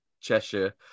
Cheshire